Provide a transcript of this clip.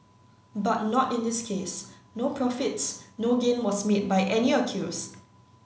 but not in this case no profits no gain was made by any accused